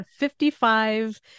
55